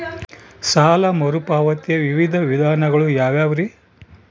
ಸಾಲ ಮರುಪಾವತಿಯ ವಿವಿಧ ವಿಧಾನಗಳು ಯಾವ್ಯಾವುರಿ?